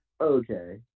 Okay